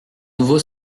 nouveau